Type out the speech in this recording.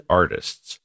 artists